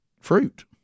Fruit